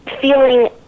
feeling